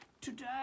today